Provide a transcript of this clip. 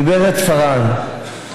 גברת פארן,